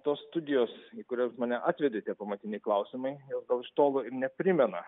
tos studijos į kurias mane atvedėte tie pamatiniai klausimai jos gal iš tolo ir neprimena